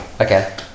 Okay